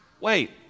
Wait